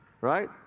Right